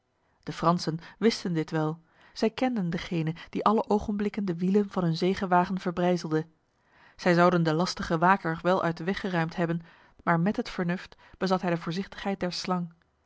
de fransen wisten dit wel zij kenden degene die alle ogenblikken de wielen van hun zegewagen verbrijzelde zij zouden de lastige waker wel uit de weg geruimd hebben maar met het vernuft bezat hij de voorzichtigheid der slang